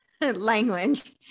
language